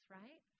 right